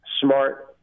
smart